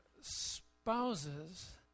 spouses